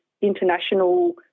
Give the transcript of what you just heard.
international